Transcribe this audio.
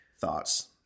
thoughts